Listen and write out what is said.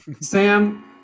Sam